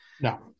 no